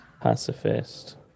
pacifist